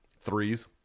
threes